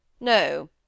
No